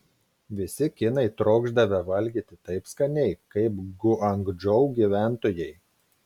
visi kinai trokšdavę valgyti taip skaniai kaip guangdžou gyventojai